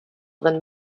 than